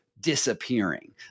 disappearing